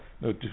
no